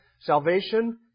Salvation